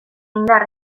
indar